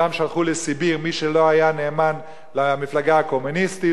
שם שלחו לסיביר מי שלא היה נאמן למפלגה הקומוניסטית,